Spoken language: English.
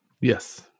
Yes